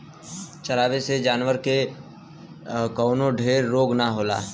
चरावे से जानवर के कवनो ढेर रोग ना होला